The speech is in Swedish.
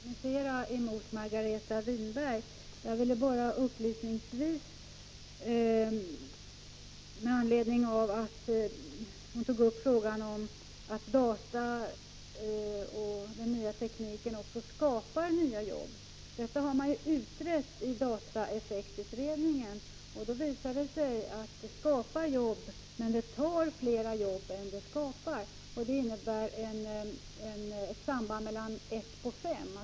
Herr talman! Jag skall inte polemisera med Margareta Winberg. Jag ville bara upplysningsvis, med anledning av att hon tog upp frågan om att den nya tekniken också skapar nya jobb, säga att dataeffektutredningen visar att den nya tekniken skapar jobb, men att den tar flera jobb än den skapar. Det är fråga om ett samband på 1:5.